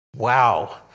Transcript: Wow